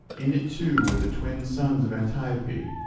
in it too were the twin sons of antiope,